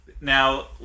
Now